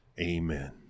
Amen